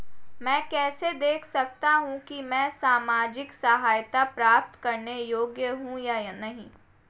मैं कैसे देख सकता हूं कि मैं सामाजिक सहायता प्राप्त करने योग्य हूं या नहीं?